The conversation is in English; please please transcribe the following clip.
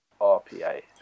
RPA